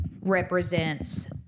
represents